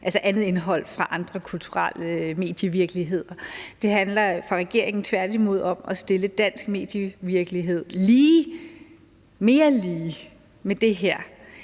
til andet indhold fra andre kulturelle medievirkeligheder. Det handler for regeringen tværtimod om at stille dansk medievirkelighed mere lige med det her,